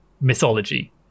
mythology